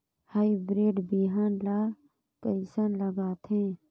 Hybrid बिहान ला कइसन लगाथे?